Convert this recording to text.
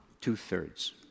two-thirds